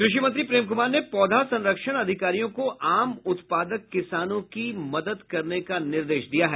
कृषि मंत्री प्रेम कुमार ने पौधा संरक्षण अधिकारियों को आम उत्पादक किसानों की मदद करने का निर्देश दिया है